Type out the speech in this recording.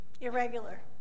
Irregular